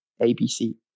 ABC